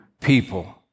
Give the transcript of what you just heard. people